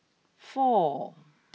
four